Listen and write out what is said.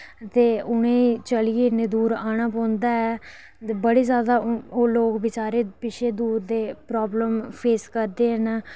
ते उ'नें ई चलियै इन्नी दूर आना पौंदा ऐ ते बड़ी जादै ओह् बेचारे पिच्छें दूर दे प्रॉब्लम फेस करदे न